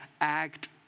act